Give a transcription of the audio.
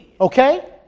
Okay